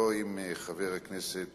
לא עם חבר הכנסת